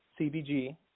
CBG